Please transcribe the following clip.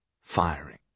firing